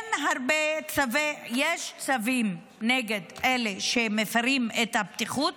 יש צווים נגד אלה שמפירים את הבטיחות,